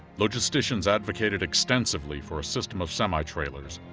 logisticians advocated extensively for a system of semi-trailers,